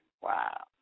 Wow